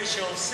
יש כאלה שעושים,